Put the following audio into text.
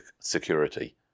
security